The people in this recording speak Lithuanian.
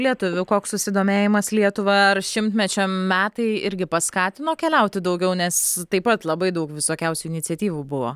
lietuvių koks susidomėjimas lietuva ar šimtmečio metai irgi paskatino keliauti daugiau nes taip pat labai daug visokiausių iniciatyvų buvo